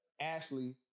Ashley